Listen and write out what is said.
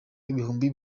ibihumbi